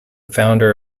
founder